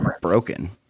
broken